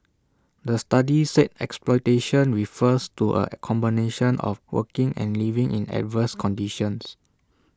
the study said exploitation refers to A combination of working and living in adverse conditions